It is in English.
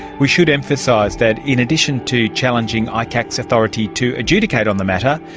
we should emphasise that in addition to challenging icac's authority to adjudicate on the matter,